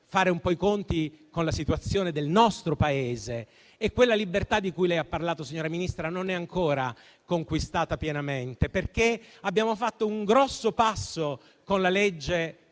fare un po' i conti con la situazione del nostro Paese, dove quella libertà di cui lei ha parlato, signora Ministra, non è ancora conquistata pienamente. Abbiamo fatto un grande passo in avanti